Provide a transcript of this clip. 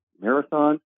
Marathon